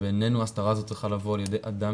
ובעינינו ההסדרה הזאת צריכה לבוא על ידי אדם